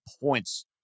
points